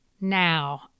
now